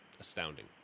astounding